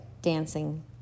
dancing